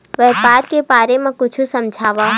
व्यापार के बारे म कुछु समझाव?